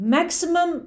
Maximum